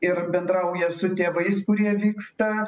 ir bendrauja su tėvais kurie vyksta